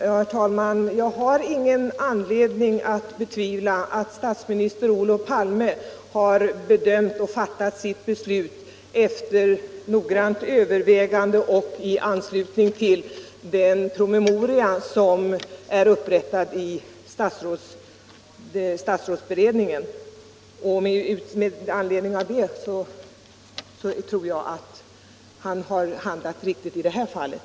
Herr talman! Jag har ingen anledning att betvivla att statsminister Olof Palme har bedömt läget och fattat sitt beslut efter noggrant övervägande och i anslutning till den promemoria som är upprättad i statsrådsberedningen. Med anledning därav är jag övertygad om att han har handlat riktigt i det här fallet.